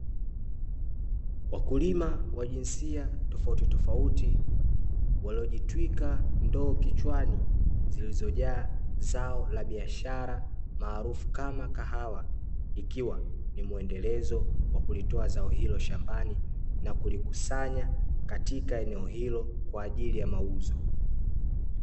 Wakulima wa jinsia ya tofautitofauti, waliojitwika ndoo kichwani zilizojaa zao la biashara maarufu kama kahawa, ikiwa ni muendelezo wa kulitoa zao hilo shambani na kulikusanya katika eneo hilo kwa ajili ya mauzo.